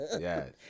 yes